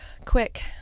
quick